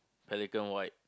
pelican white